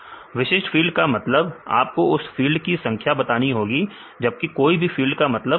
विशिष्ट फील्ड का मतलब आपको उस फील्ड की संख्या बतानी होगी जबकि कोई भी फील्ड का मतलब सभी को